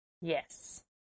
Yes